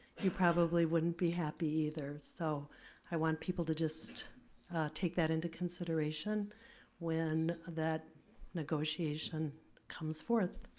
you probably wouldn't be happy either. so i want people to just take that into consideration when that negotiation comes forth.